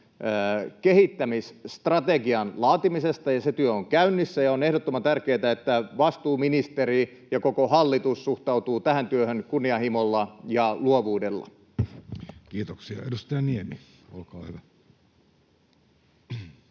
kehittämisstrategian laatimisesta. Se työ on käynnissä, ja on ehdottoman tärkeätä, että vastuuministeri ja koko hallitus suhtautuvat tähän työhön kunnianhimolla ja luovuudella. Kiitoksia. — Edustaja Niemi, olkaa hyvä.